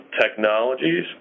technologies